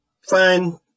fine